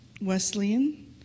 Wesleyan